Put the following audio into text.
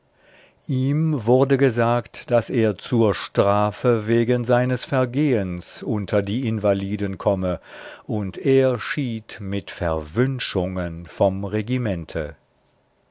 ihm wurde gesagt daß er zur strafe wegen seines vergehens unter die invaliden komme und er schied mit verwünschungen vom regimente